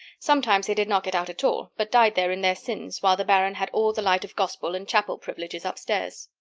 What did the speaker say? sometimes they did not get out at all, but died there in their sins, while the baron had all the light of gospel and chapel privileges up-stairs.